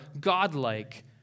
godlike